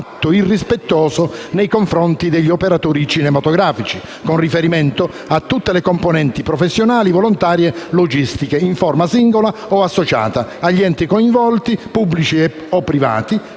atto irrispettoso nei confronti degli operatori cinematografici, con riferimento a tutte le componenti professionali, volontarie, logistiche, in forma singola o associata, agli enti coinvolti pubblici o privati,